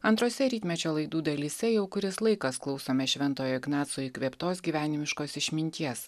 antrose rytmečio laidų dalyse jau kuris laikas klausome šventojo ignaco įkvėptos gyvenimiškos išminties